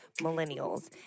Millennials